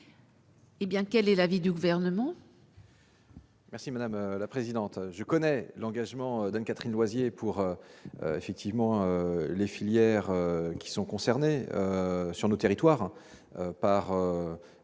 Eh bien, quel est l'avis du gouvernement.